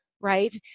Right